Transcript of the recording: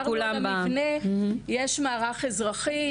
במבנה יש מערך אזרחי,